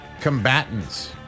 Combatants